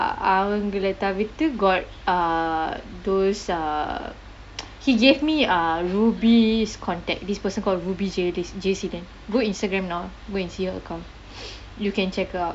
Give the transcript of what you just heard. அவங்களே தவிர்த்து:avangalae thavirthu got uh those uh he gave me ah ruby's contact this person called ruby jayaseelan go Instagram now go and see her account you can check her out